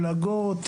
מלגות,